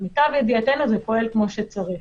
למיטב ידיעתנו, זה פועל כמו שצריך.